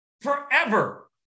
forever